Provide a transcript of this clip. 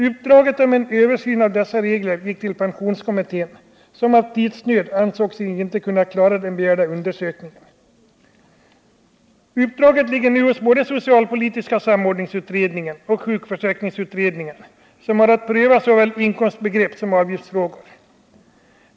Uppdraget att göra en översyn av dessa regler gick till pensionskommittén, som av tidsnöd ansåg sig inte kunna klara den begärda undersökningen. Uppdraget ligger nu hos både socialpolitiska samordningsutredningen och sjukförsäkringsutredningen, som har att pröva såväl inkomstbegrepp som avgiftsfrågor.